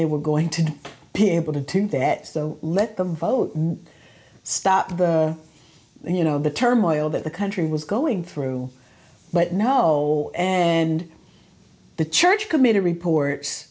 they were going to be able to do that so let the vote stop you know the turmoil that the country was going through but no and the church committee reports